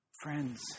friends